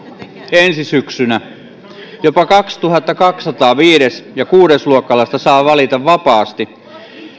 ensi syksynä jopa kaksituhattakaksisataa viides ja kuudesluokkalaista saa valita vapaasti